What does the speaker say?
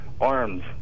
arms